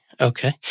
Okay